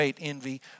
envy